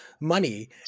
money